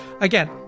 again